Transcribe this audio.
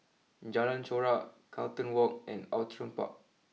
Jalan Chorak Carlton walk and Outram Park